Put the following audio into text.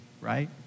right